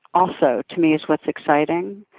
also, to me, is what's exciting.